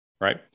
Right